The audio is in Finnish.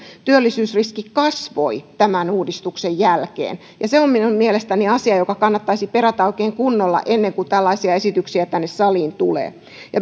työllisyysriski kasvoi tämän uudistuksen jälkeen se on minun mielestäni asia joka kannattaisi perata oikein kunnolla ennen kuin tällaisia esityksiä tänne saliin tulee